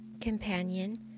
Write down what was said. Companion